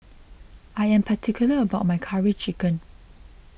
I am particular about my Curry Chicken